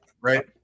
Right